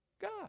God